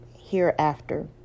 hereafter